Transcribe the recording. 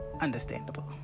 Understandable